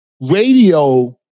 Radio